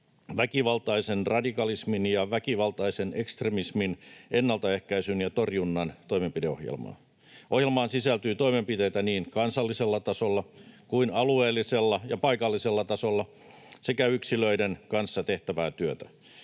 väkivaltaisen radikalismin ja väkivaltaisen ekstremismin ennaltaehkäisyn ja torjunnan toimenpideohjelmaa. Ohjelmaan sisältyy toimenpiteitä niin kansallisella tasolla kuin alueellisella ja paikallisella tasolla sekä yksilöiden kanssa tehtävää työtä.